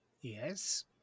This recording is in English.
Yes